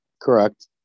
Correct